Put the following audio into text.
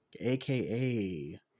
aka